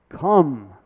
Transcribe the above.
Come